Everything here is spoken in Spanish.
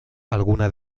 alguna